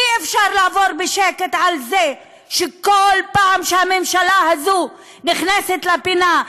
אי-אפשר לעבור בשקט על זה שכל פעם שהממשלה הזו נכנסת לפינה,